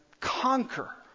conquer